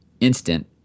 instant